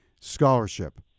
scholarship